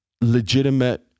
legitimate